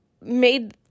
made